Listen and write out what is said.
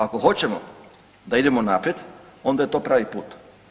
Ako hoćemo da idemo naprijed onda je to pravi put.